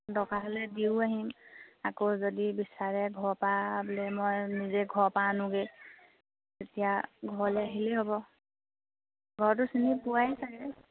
দৰকাৰ হ'লে দিওঁ আহিম আকৌ যদি বিচাৰে ঘৰৰ পৰা বোলে মই নিজে ঘৰৰ পৰা আনোগৈ তেতিয়া ঘৰলৈ আহিলেই হ'ব ঘৰটো চিনি পোৱাই চাগে